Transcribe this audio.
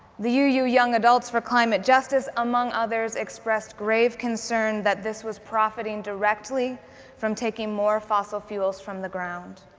the uu young adults for climate justice, among others, expressed grave concern that this was profiting directly from taking more fossil fuels from the ground.